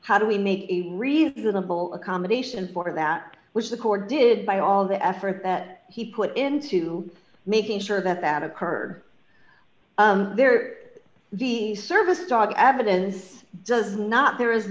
how do we make a reasonable accommodation for that which the court did by all the efforts that he put into making sure that that occurred there the service dog evidence does not there is